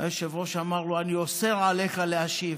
והיושב-ראש אמר לו: אני אוסר עליך להשיב.